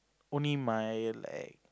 only my like